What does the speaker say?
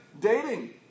dating